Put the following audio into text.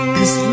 Cause